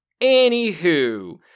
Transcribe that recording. Anywho